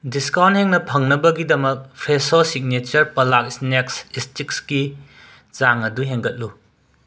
discount ꯍꯦꯟꯅ ꯐꯪꯅꯕꯒꯤꯗꯃꯛ Fresho signature ꯄꯂꯥꯛ ꯁ꯭ꯅꯦꯛꯁ ꯁ꯭ꯇꯤꯛꯁꯀꯤ ꯆꯥꯡ ꯑꯗꯨ ꯍꯦꯟꯒꯠꯂꯨ